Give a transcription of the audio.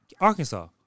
Arkansas